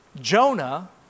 Jonah